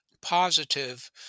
positive